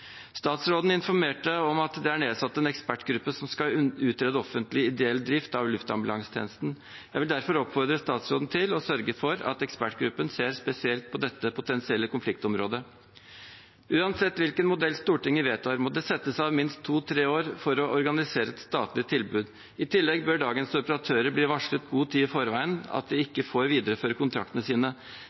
Statsråden informerte om at det er nedsatt en ekspertgruppe som skal utrede offentlig/ideell drift av luftambulansetjenesten. Jeg vil derfor oppfordre statsråden til å sørge for at ekspertgruppen ser spesielt på dette potensielle konfliktområdet. Uansett hvilken modell Stortinget vedtar, må det settes av minst to–tre år for å organisere et statlig tilbud. I tillegg bør dagens operatører bli varslet god tid i forveien om at de ikke får videreføre kontraktene sine.